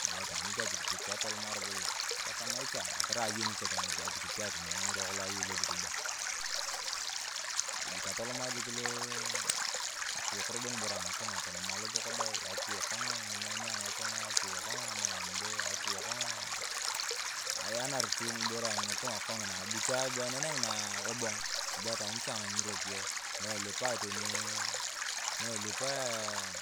Abo jik atoany apikpik atolomaa robo jik etatamai cha tarai ayeni cha ibere bee apikpik akinee ng'irwa kolong ayei lo sukul dee. Abu jik atolomaa akiwok robo ng’iboro angitung’a, atolomaa losok dee ewok ng’inyanyae ng'itung'a, akiwok ng’amaembe, akiwok aah aenar tu ng’iboro angitung’a kong’ina abu cha anang’i ebok elipu chang ng'iropiyae nu elipaa teni nu elipaa